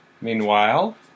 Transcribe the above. Meanwhile